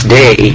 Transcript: day